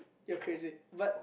you're crazy but